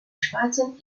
schwarzen